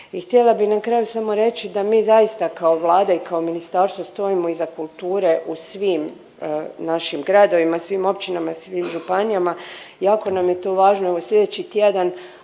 htjela bi na kraju samo reći da mi zaista kao Vlada i kao ministarstvo stojimo iza kulture u svim našim gradovima, svim općinama, svim županijama. Jako nam je to važno. Evo slijedeći tjedan